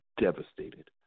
devastated